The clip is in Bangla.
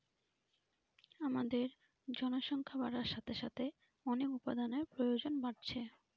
আমাদের জনসংখ্যা বাড়ার সাথে সাথে অনেক উপাদানের প্রয়োজন বাড়ছে